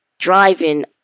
driving